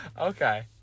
Okay